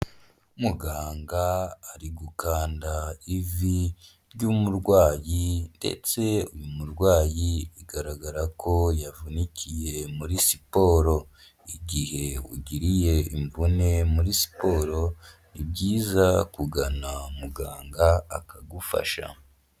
Muganga ari gukanda ivi ry'umurwayi ndetse uyu murwayi bigaragara ko yavunikiye muri siporo, igihe ugiriye imvune muri siporo ni byizayiza kugana muganga akagufasha.